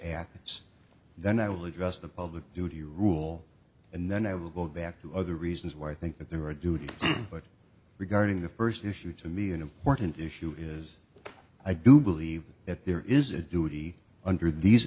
acts then i will address the public duty rule and then i will go back to other reasons why i think that there are duty but regarding the first issue to me an important issue is i do believe that there is a duty under these